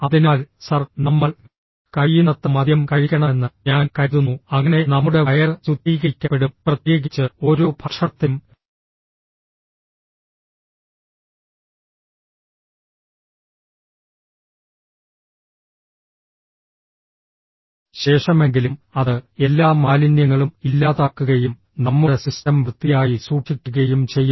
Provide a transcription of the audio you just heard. അതിനാൽ സർ നമ്മൾ കഴിയുന്നത്ര മദ്യം കഴിക്കണമെന്ന് ഞാൻ കരുതുന്നു അങ്ങനെ നമ്മുടെ വയറ് ശുദ്ധീകരിക്കപ്പെടും പ്രത്യേകിച്ച് ഓരോ ഭക്ഷണത്തിനും ശേഷമെങ്കിലും അത് എല്ലാ മാലിന്യങ്ങളും ഇല്ലാതാക്കുകയും നമ്മുടെ സിസ്റ്റം വൃത്തിയായി സൂക്ഷിക്കുകയും ചെയ്യും